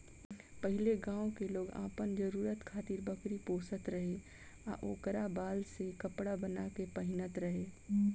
पहिले गांव के लोग आपन जरुरत खातिर बकरी पोसत रहे आ ओकरा बाल से कपड़ा बाना के पहिनत रहे